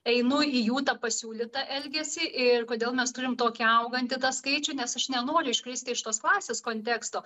einu į jų tą pasiūlytą elgesį ir kodėl mes turim tokį augantį tą skaičių nes aš nenoriu iškristi iš tos klasės konteksto